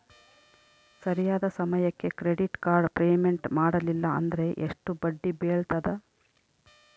ಸರಿಯಾದ ಸಮಯಕ್ಕೆ credit card payment ಮಾಡಲಿಲ್ಲ ಅಂದ್ರೆ ಎಷ್ಟು ಬಡ್ಡಿ ಬೇಳ್ತದ?